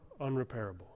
unrepairable